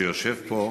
שיושב פה,